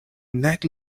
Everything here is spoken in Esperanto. nek